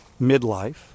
midlife